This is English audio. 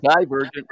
divergent